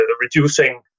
reducing